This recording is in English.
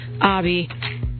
Abby